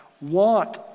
want